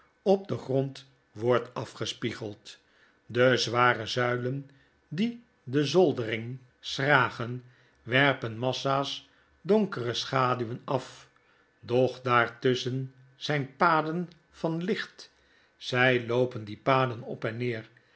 op den grond wordt afgespiegeld de zware zuilen die je zoldering schragen werpen massa's donkere schaduwen af doch daar tusschen zijn paden van licht zy loopen die paden op en neer